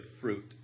fruit